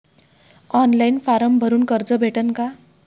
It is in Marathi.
ऑनलाईन फारम भरून कर्ज भेटन का?